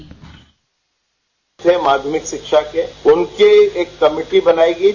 bite माध्यमिक शिक्षा के उनके एक कमेटी बनायी गयी